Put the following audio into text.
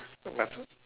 relax